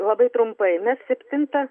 labai trumpai mes septintą